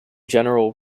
general